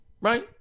Right